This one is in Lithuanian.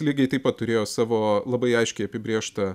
lygiai taip pat turėjo savo labai aiškiai apibrėžtą